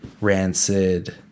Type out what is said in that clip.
rancid